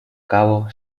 cabo